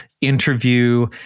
interview